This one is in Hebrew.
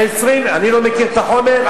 אתה לא מכיר את החומר.